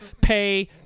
Pay